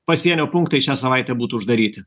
pasienio punktai šią savaitę būtų uždaryti